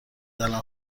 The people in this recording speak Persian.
الان